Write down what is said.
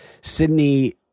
Sydney